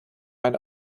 ein